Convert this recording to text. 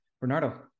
Bernardo